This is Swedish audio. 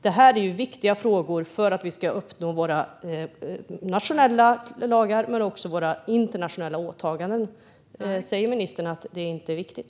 Detta är viktiga frågor för att vi ska både följa våra nationella lagar och uppfylla våra internationella åtaganden. Säger ministern att det inte är viktigt?